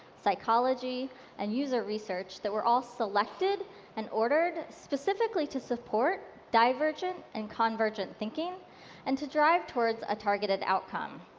psychology and user research that were all selected and ordered specifically to support divergent and convergent thinking and to drive toward a targeted outcome.